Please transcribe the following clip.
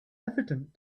evident